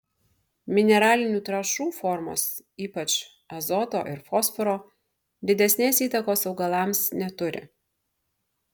mineralinių trąšų formos ypač azoto ir fosforo didesnės įtakos augalams neturi